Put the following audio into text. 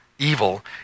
evil